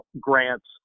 grants